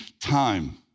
time